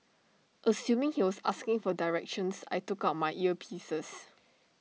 assuming he was asking for directions I took out my earpieces